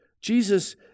Jesus